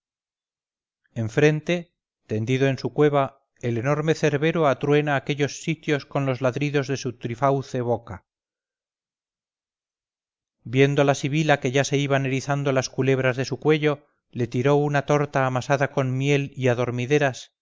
frente tendido en su cueva el enorme cerbero atruena aquellos sitios con los ladridos de su trifauce boca viendo la sibila que ya se iban erizando las culebras de su cuello le tiró una torta amasada con miel y adormideras